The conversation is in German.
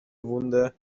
wunde